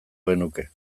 genuke